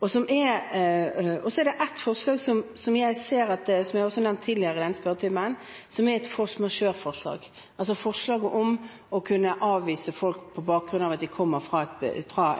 Så er det et force majeure-forslag, som jeg har nevnt tidligere i spørretimen, altså et forslag om å kunne avvise folk på bakgrunn av at de kommer fra